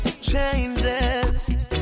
changes